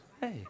hey